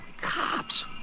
Cops